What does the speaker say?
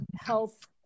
health